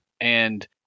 And-